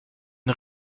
une